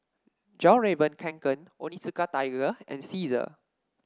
Fjallraven Kanken Onitsuka Tiger and Cesar